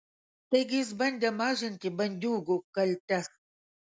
taigi jis bandė mažinti bandiūgų kaltes